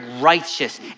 righteous